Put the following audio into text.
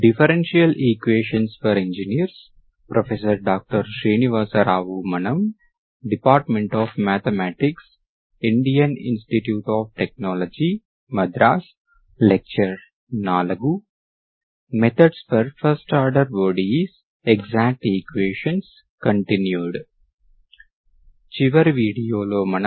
చివరి వీడియోలో మనము కాన్వర్స్ భాగాన్ని ని చూశాము